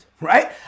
right